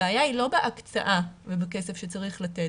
הבעיה היא לא בהקצאה ובכסף שצריך לתת.